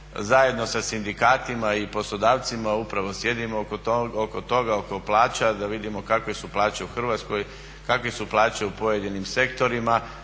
zajedno sa sindikatima i poslodavcima, upravo sjedimo oko toga, oko plaća da vidimo kakve su plaće u Hrvatskoj, kakve su plaće u pojedinim sektorima.